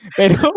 pero